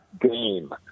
game